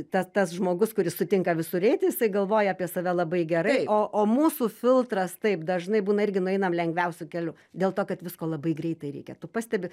tas tas žmogus kuris sutinka visur eiti jisai galvoja apie save labai gerai o o mūsų filtras taip dažnai būna irgi nueinam lengviausiu keliu dėl to kad visko labai greitai reikia tu pastebi